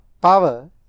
power